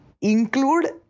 include